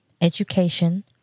education